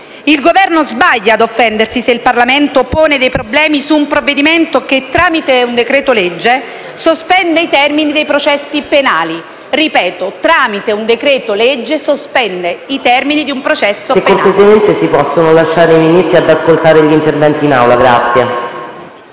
il Governo sbaglia a offendersi se il Parlamento pone dei problemi su un provvedimento che, tramite un decreto-legge, sospende i termini di un processo penale. Lo ripeto: tramite un decreto-legge sospende i termini di un processo penale.